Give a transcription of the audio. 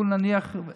לו נניח,